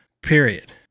period